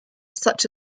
such